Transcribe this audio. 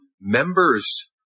members